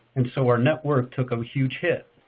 and so our net worth took a huge hit.